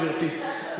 גברתי.